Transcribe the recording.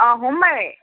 অ সোমবাৰে